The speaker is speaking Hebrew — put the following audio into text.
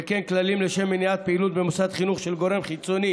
וכן כללים לשם מניעת פעילות במוסד חינוך של גורם חיצוני